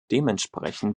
dementsprechend